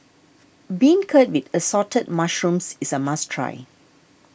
Beancurd with Assorted Mushrooms is a must try